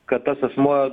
kad tas asmuo